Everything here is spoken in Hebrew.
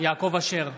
יעקב אשר,